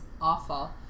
awful